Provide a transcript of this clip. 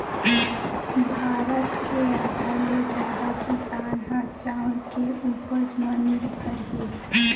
भारत के आधा ले जादा किसान ह चाँउर के उपज म निरभर हे